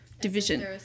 division